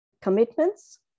commitments